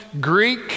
Greek